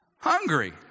Hungry